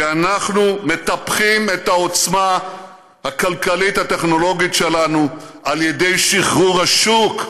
כי אנחנו מטפחים את העוצמה הכלכלית הטכנולוגית שלנו על ידי שחרור השוק.